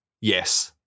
yes